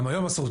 גם היום אסור.